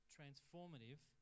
transformative